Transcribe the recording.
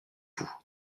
vous